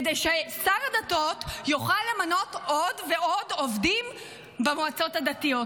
כדי ששר הדתות יוכל למנות עוד ועוד עובדים במועצות הדתיות,